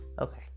Okay